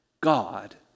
God